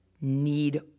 need